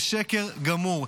זה שקר גמור.